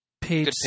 Page